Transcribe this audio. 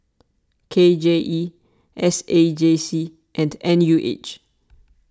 K J E S A J C and N U H